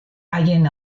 haien